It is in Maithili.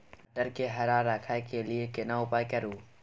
मटर के हरा रखय के लिए केना उपाय करू?